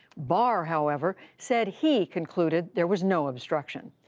barr, however, said he concluded there was no obstruction.